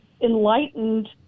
enlightened